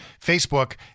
Facebook